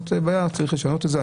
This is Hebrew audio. צריך לשנות את זה.